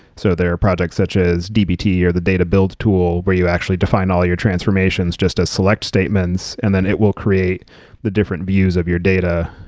so there are projects such as dbt, or the data build tool, where you actually define all your transformations just as select statements, and then it will create the different views of your data.